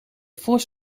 vos